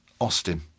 Austin